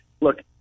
look